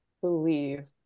believe